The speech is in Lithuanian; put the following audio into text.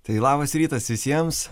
tai labas rytas visiems